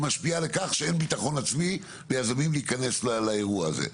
היא משפיעה על כך שאין ביטחון עצמי ליזמים להיכנס לאירוע הזה.